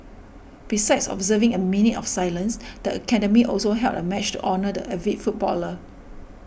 besides observing a minute of silence the academy also held a match to honour the avid footballer